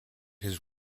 his